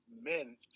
men